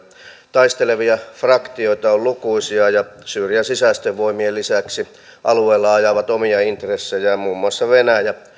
taistelevia fraktioita on lukuisia ja syyrian sisäisten voimien lisäksi alueella ajavat omia intressejään muun muassa venäjä